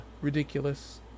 ridiculous